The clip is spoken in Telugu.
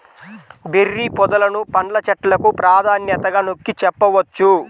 బెర్రీ పొదలను పండ్ల చెట్లకు ప్రాధాన్యతగా నొక్కి చెప్పవచ్చు